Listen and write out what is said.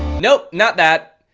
nope, not that.